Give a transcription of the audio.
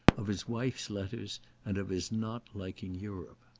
of his wife's letters and of his not liking europe.